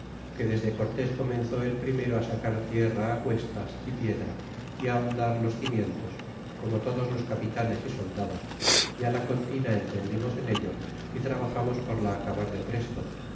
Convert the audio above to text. que desde cortés comenzó el primero sacar tierra cuestas y piedra ó ahondar los cimientos como todos los capitanes y soldados y la confina entendimos en ello y trabajamos por la acabar de presto